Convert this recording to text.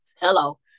hello